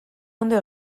ondo